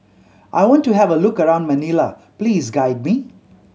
I want to have a look around Manila please guide me